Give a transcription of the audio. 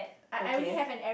okay